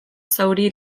zauri